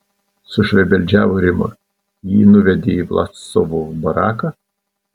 sušvebeldžiavo rima jį nuvedė į vlasovcų baraką